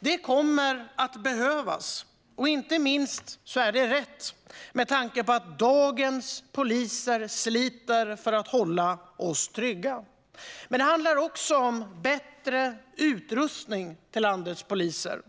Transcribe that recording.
Det kommer att behövas, och inte minst är det rätt med tanke på att dagens poliser sliter för att hålla oss trygga. Det handlar också om bättre utrustning till landets poliser.